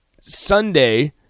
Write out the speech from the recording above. Sunday